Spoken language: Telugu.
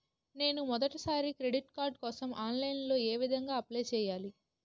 నేను మొదటిసారి క్రెడిట్ కార్డ్ కోసం ఆన్లైన్ లో ఏ విధంగా అప్లై చేయాలి?